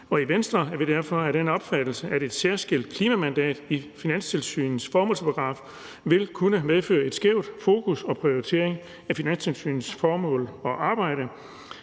I Venstre er vi derfor af den opfattelse, at et særskilt klimamandat i Finanstilsynets formålsparagraf vil kunne medføre et skævt fokus og en skæv prioritering af Finanstilsynets formål og arbejde.